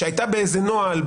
שהייתה באיזה נוהל,